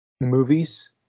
movies